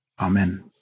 Amen